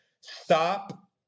Stop